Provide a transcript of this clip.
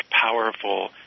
powerful